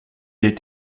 est